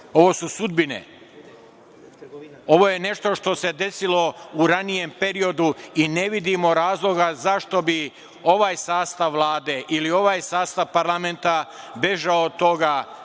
Ovu su sudbine. Ovo je nešto što se desilo u ranijem periodu i ne vidimo razloga zašto bi ovaj sastav Vlade ili ovaj sastav parlamenta bežao od toga